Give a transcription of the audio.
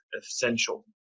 essential